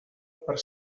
per